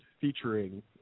featuring